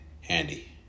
handy